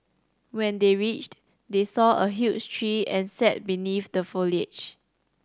when they reached they saw a huge tree and sat beneath the foliage